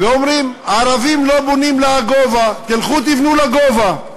ואומרים: הערבים לא בונים לגובה, תלכו תבנו לגובה,